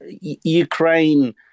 Ukraine